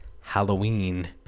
Halloween